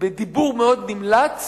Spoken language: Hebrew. ובדיבור מאוד נמלץ